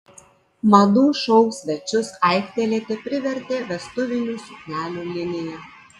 madų šou svečius aiktelėti privertė vestuvinių suknelių linija